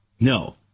No